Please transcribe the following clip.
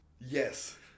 Yes